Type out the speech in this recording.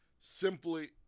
simply